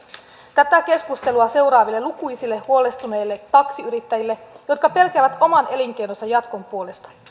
tätä keskustelua seuraaville lukuisille huolestuneille taksiyrittäjille jotka pelkäävät oman elinkeinonsa jatkon puolesta